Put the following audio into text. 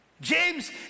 James